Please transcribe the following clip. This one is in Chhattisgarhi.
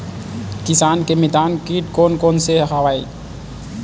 किसान के मितान कीट कोन कोन से हवय?